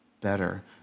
better